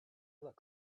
look